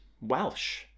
Welsh